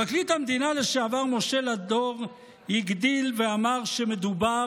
פרקליט המדינה לשעבר משה לדור הגדיל ואמר שמדובר,